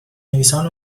نویسان